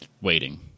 waiting